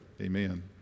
Amen